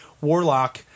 warlock